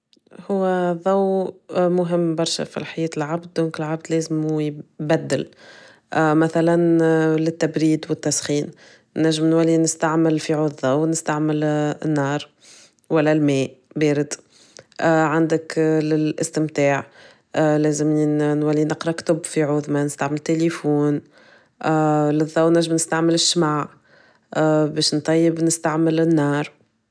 هو الظو مهم برشا في لحياة العبد أو كل عبد لازمو يبدل. مثلا للتبريد والتسخين نجم نولي نستعمل في عزلة ونستعمل النار، ولا الماء بارد، عندك للاستمتاع لازمني نولي نقرا في عود ما نستعمل تليفون للظو نجم نستعمل الشمع باش نطيب نستعمل النار.